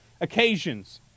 occasions